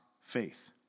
faith